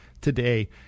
today